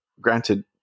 granted